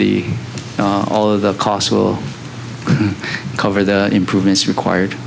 the all of the costs will cover the improvements required